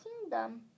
Kingdom